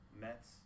Mets